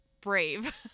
brave